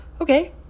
okay